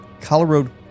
Colorado